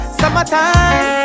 summertime